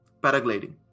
paragliding